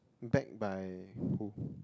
backed by